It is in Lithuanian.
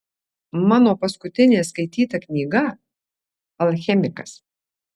mano paskutinė skaityta knyga alchemikas